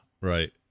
Right